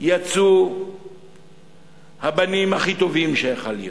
יצאו הבנים הכי טובים שיכלו להיות,